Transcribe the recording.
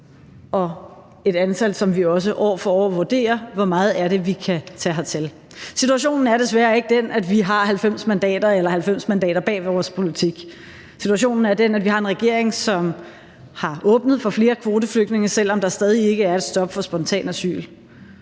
i et antal, som vi også år for år vurderer, altså hvor mange det er, vi kan tage hertil. Situationen er desværre ikke den, at vi har 90 mandater eller 90 mandater bag vores politik. Situationen er den, at vi har en regering, som har åbnet for flere kvoteflygtninge, selv om der stadig ikke er et stop for spontan asyl.